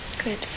Good